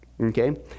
Okay